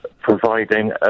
providing